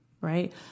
right